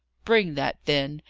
bring that, then.